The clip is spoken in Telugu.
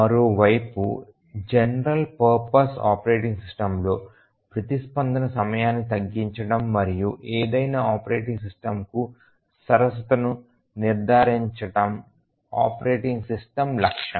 మరోవైపు జనరల్ పర్పస్ ఆపరేటింగ్ సిస్టమ్లో ప్రతిస్పందన సమయాన్ని తగ్గించడం మరియు ఏదైనా ఆపరేటింగ్ సిస్టమ్కు సరసతను నిర్ధారించడం ఆపరేటింగ్ సిస్టమ్స్ లక్ష్యం